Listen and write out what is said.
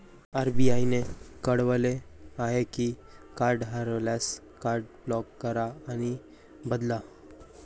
RBI ने कळवले आहे की कार्ड हरवल्यास, कार्ड ब्लॉक करा आणि बदला